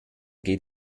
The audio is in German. geht